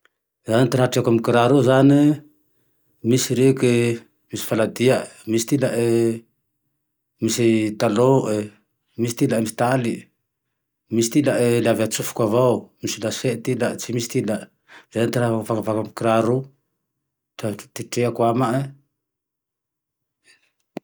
Zaho zane ty raha treko amy kiraro io zane e, misy reke misy faladiay e, misy ty ilae misy talon e, misy ty ilae misy taly emisy ty ilae le avy atsofoky avao, misy lase ty ilae, tsy misy ty ilae. Zay zane fantafantako amy kirako, raha ty treako amae.